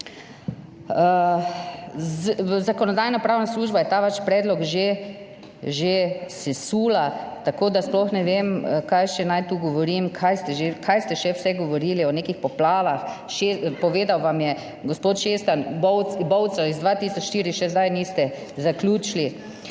Zakonodajno-pravna služba je ta vaš predlog že že sesula, tako da sploh ne vem kaj še naj tu govorim. Kaj ste že, kaj ste še vse govorili o nekih poplavah, povedal vam je, gospod Šestan, Bovca iz 2004, še zdaj niste zaključili.